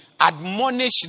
Admonish